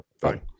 fine